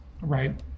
Right